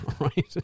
Right